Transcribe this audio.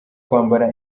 kwambara